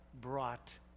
brought